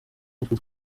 nitwe